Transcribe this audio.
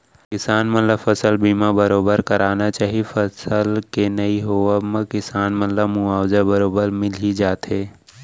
किसान मन ल फसल बीमा ल बरोबर करवाना चाही फसल के नइ होवब म किसान मन ला मुवाजा बरोबर मिल ही जाथे